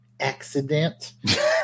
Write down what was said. accident